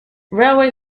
railway